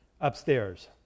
upstairs